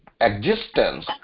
existence